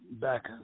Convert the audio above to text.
back